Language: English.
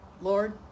Lord